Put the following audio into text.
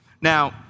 Now